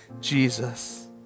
Jesus